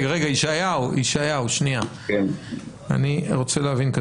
ישעיהו, אני רוצה להבין.